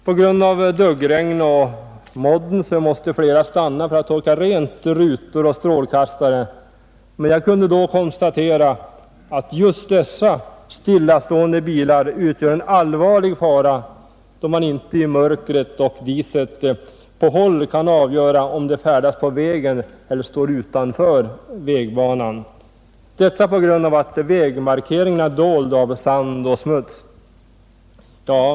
På grund av duggregnet och modden måste flera stanna för att torka rutor och strålkastare rena. Jag kunde konstatera att just dessa stillastående bilar utgör en allvarlig fara, då man i mörkret och diset på håll inte kan avgöra om de färdas på vägen eller står utanför vägbanan — detta på grund av att vägmarkeringen är dold av sand och smuts.